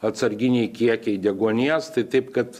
atsarginiai kiekiai deguonies tai taip kad